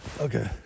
Okay